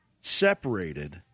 separated